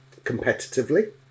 competitively